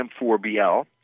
M4BL